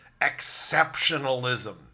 exceptionalism